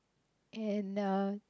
and uh